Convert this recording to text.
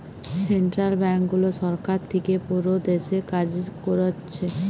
central ব্যাংকগুলো সরকার থিকে পুরো দেশে কাজ কোরছে